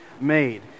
made